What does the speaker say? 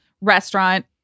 restaurant